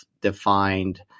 defined